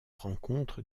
rencontre